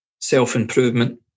self-improvement